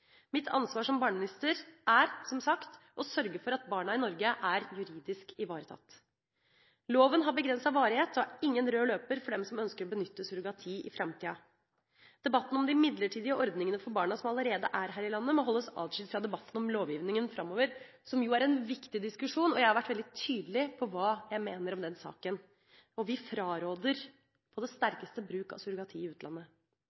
Mitt ansvar som barneminister er – som sagt – å sørge for at barna i Norge er juridisk ivaretatt. Loven har begrenset varighet og er ingen rød løper for dem som ønsker å benytte surrogati i framtida. Debatten om de midlertidige ordningene for barna som allerede er her i landet, må holdes atskilt fra debatten om lovgivninga framover, som er en viktig diskusjon. Jeg har vært veldig tydelig på hva jeg mener om denne saken. Vi fraråder på det sterkeste bruk av surrogati i utlandet.